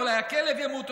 אולי הכלב ימות,